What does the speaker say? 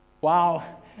Wow